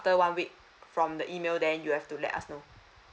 after one week from the email then you have to let us know